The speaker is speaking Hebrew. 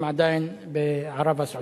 הם עדיין בערב-הסעודית.